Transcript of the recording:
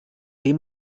dem